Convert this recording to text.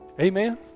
Amen